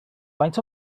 faint